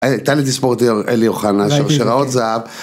תן לי דיסבורדר, אלי אוחנה, שרשראות זהב.